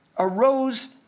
arose